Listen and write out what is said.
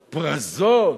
"פרזות",